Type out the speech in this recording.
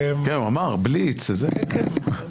בסדר גמור,